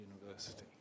University